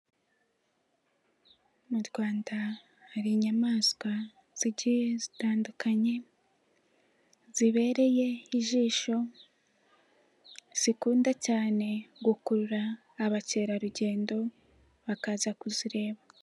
Mu rwanda hari inyamaswa zigiye zitandukanye, zibereye ijisho, zikunda cyane gukurura abakerarugendo, bakaza kuzireba.